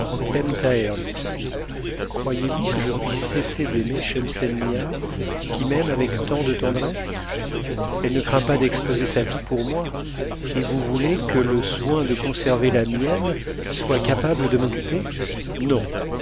lui dit-il croyez-vous que je puisse cesser d'aimer schemselnihar qui m'aime avec tant de tendresse elle ne craint pas d'exposer sa vie pour moi et vous voulez que le soin de conserver la mienne soit capable de m'occuper non